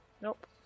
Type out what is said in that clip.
Nope